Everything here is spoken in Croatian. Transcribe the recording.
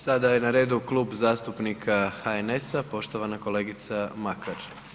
Sada je na redu Klub zastupnika HNS-a, poštovana kolegica Makar.